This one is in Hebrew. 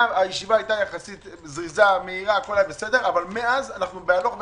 הישיבה היתה יחסית זריזה, ומאז אנחנו הלוך וחזור.